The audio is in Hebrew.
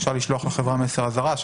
אפשר לשלוח לחברה מסר אזהרה.